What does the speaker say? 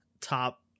top